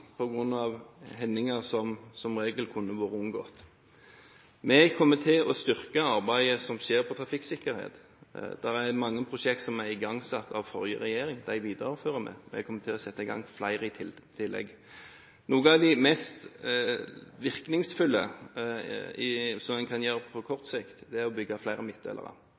hendinger som som regel kunne vært unngått. Vi kommer til å styrke arbeidet med trafikksikkerhet. Det er mange prosjekter som er igangsatt av forrige regjering, de viderefører vi. Vi kommer til å sette i gang flere i tillegg. Noe av det mest virkningsfulle som en kan gjøre på kort sikt, er å bygge flere